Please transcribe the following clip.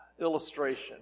illustration